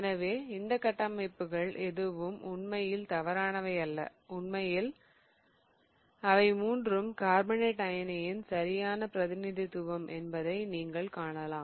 எனவே இந்த கட்டமைப்புகள் எதுவும் உண்மையில் தவறானவை அல்ல உண்மையில் அவை மூன்றும் கார்பனேட் அயனியின் சரியான பிரதிநிதித்துவம் என்பதை நீங்கள் காணலாம்